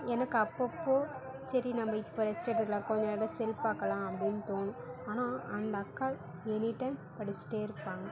எனக்கு அப்பப்போ சரி நம்ம இப்போ ரெஸ்ட் எடுக்கலாம் கொஞ்ச நேரம் செல் பார்க்கலாம் அப்படின் தோணும் ஆனால் அந்த அக்கா எனி டைம் படிஷ்ட்டே இருப்பாங்க